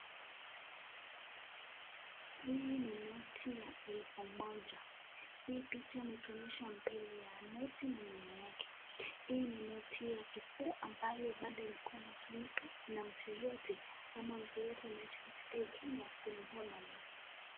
Hii ni noti ya elfu moja, hii picha imetuonyesha mbele ya noti na nyuma yake, hii ni noti ya kizee ambayo bado ilikuwa inatumika na mtu yeyote ama mtu yeyote anaishi katika hii Kenya kununua mali.